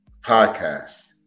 Podcast